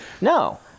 No